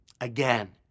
again